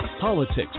politics